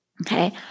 Okay